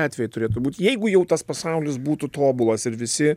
atvejai turėtų būt jeigu jau tas pasaulis būtų tobulas ir visi